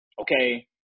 Okay